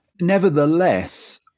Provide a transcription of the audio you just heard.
Nevertheless